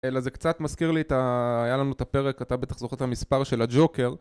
אלא זה קצת מזכיר לי את ה... היה לנו את הפרק, אתה בטח זוכר את המספר של הג'וקר